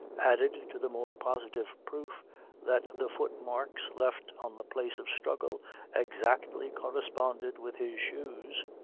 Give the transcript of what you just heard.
added to the more positive proof that the footmarks left on the place of struggle exactly corresponded with his shoes,